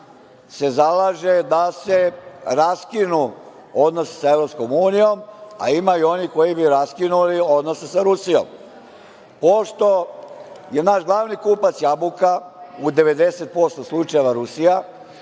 se zalaže da se raskinu odnosi sa EU, a ima i onih koji bi raskinuli odnose sa Rusijom, pošto je naš glavni kupac jabuka u 90% slučajeva Rusija,